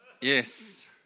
Yes